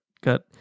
got